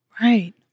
right